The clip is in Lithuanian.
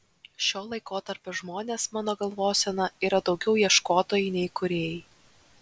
šio laikotarpio žmonės mano galvosena yra daugiau ieškotojai nei kūrėjai